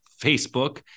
Facebook